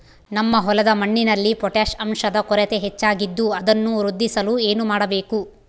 ನಮ್ಮ ಹೊಲದ ಮಣ್ಣಿನಲ್ಲಿ ಪೊಟ್ಯಾಷ್ ಅಂಶದ ಕೊರತೆ ಹೆಚ್ಚಾಗಿದ್ದು ಅದನ್ನು ವೃದ್ಧಿಸಲು ಏನು ಮಾಡಬೇಕು?